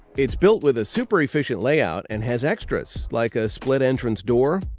it's built with a super efficient layout and has extras like a split entrance door,